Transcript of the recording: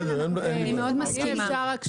אני מאוד מסכימה.